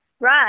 Right